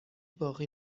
باقی